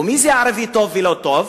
ומי זה ערבי טוב ולא טוב?